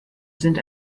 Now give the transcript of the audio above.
sind